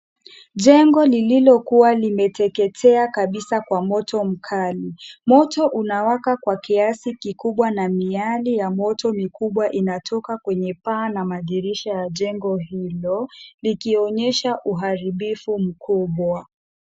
Jengo lililokuwa limeteketea kabisa kwa moto mkali. Moto unawaka kwa kiasi kikubwa na miale ya moto mikubwa inatoka kwenye paa na madirisha ya jengo hilo, likionyesha uharibifu mkubwa.